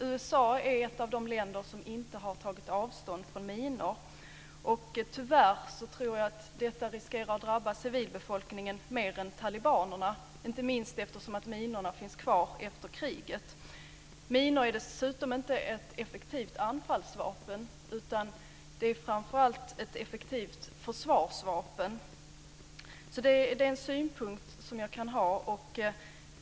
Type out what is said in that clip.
USA är ett av de länder som inte har tagit avstånd från minor. Tyvärr tror jag att detta riskerar att drabba civilbefolkningen mer än talibanerna, inte minst eftersom minorna finns kvar efter kriget. Minor är dessutom inte ett effektivt anfallsvapen utan framför allt ett effektivt försvarsvapen. Det är alltså en synpunkt jag kan ha.